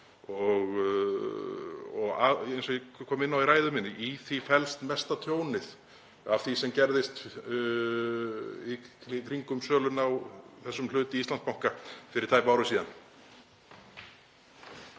og, eins og ég kom inn á í ræðu minni, í því felst mesta tjónið af því sem gerðist í kringum söluna á þessum hlut í Íslandsbanka fyrir tæpu ári síðan.